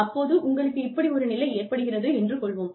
அப்போது உங்களுக்கு இப்படி ஒரு நிலை ஏற்படுகிறது என்று கொள்வோம்